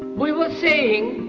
we were seeing